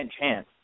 chance